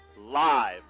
Live